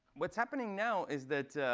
what's happening now is that